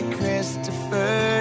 Christopher